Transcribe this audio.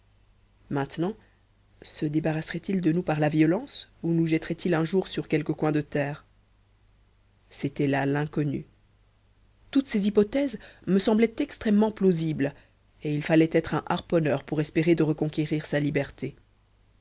maintenant se débarrasserait il de nous par la violence ou nous jetterait il un jour sur quelque coin de terre c'était là l'inconnu toutes ces hypothèses me semblaient extrêmement plausibles et il fallait être un harponneur pour espérer de reconquérir sa liberté